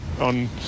on